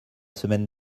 semaine